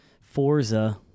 Forza